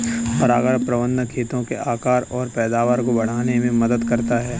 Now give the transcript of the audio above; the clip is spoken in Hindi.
परागण प्रबंधन खेतों के आकार और पैदावार को बढ़ाने में मदद करता है